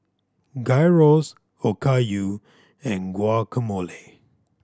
Gyros Okayu and Guacamole